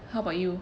how about you